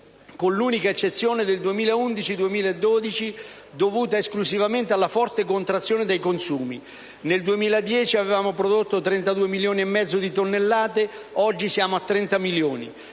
con l'unica eccezione del 2011-2012 dovuta esclusivamente alla forte contrazione dei consumi. Nel 2010 abbiamo prodotto 32,5 milioni di tonnellate di rifiuti, oggi sfioriamo i 30 milioni